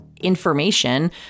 information